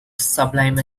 sublime